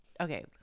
Okay